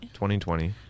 2020